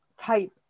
type